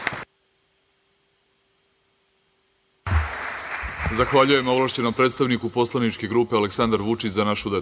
Zahvaljujem ovlašćenom predstavniku poslaničke grupe Aleksandar Vučić – Za našu decu. Ispred